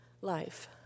Life